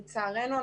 לצערנו,